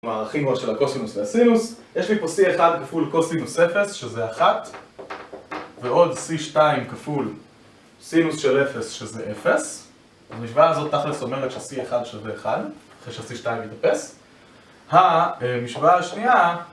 מערכים עוד של הקוסינוס והסינוס יש לי פה c1 כפול קוסינוס 0 שזה 1 ועוד c2 כפול סינוס של 0 שזה 0 המשוואה הזאת תכלס אומרת שה-c1 שווה 1 אחרי שה-c2 התאפס המשוואה השנייה